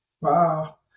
Wow